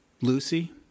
Lucy